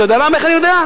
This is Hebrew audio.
אתה יודע איך אני יודע?